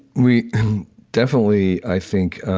we definitely, i think